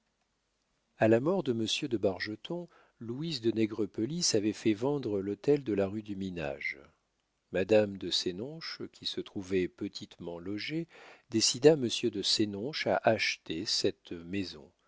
a la mort de monsieur de bargeton louise de nègrepelisse avait fait vendre l'hôtel de la rue du minage madame de sénonches qui se trouvait petitement logée décida monsieur de sénonches à acheter cette maison